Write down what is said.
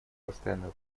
постоянную